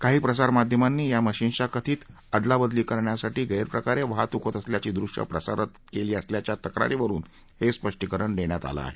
काही प्रसार माध्यमांनी या मशीन्सची कथित अदलाबदली करण्यासाठी गैरप्रकारे वाहतूक होत असल्याची दृश्ये प्रसारित केली असल्याच्या तक्रारीवरुन हे स्पष्टीकरण देण्यात आलं आहे